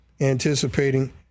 anticipating